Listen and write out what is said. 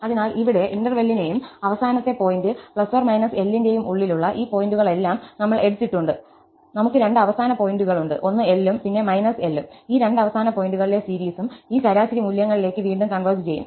അതിനാൽ ഇവിടെ ഇന്റെർവെല്ലിന്റെയും അവസാന പോയിന്റ് ±L ന്റെയും ഉള്ളിലുള്ള ഈ പോയിന്റുകളെല്ലാം നമ്മൾ എടുത്തിട്ടുണ്ട് നമുക് രണ്ട് അവസാന പോയിന്റുകളുണ്ട് ഒന്ന് L ഉം പിന്നെ −L ഉം ഈ രണ്ട് അവസാന പോയിന്റുകളിലെ സീരീസും ഈ ശരാശരി മൂല്യങ്ങളിലേക്ക് വീണ്ടും കൺവെർജ് ചെയ്യും